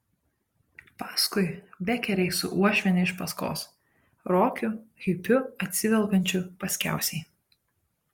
paskui bekeriai su uošviene iš paskos rokiu hipiu atsivelkančiu paskiausiai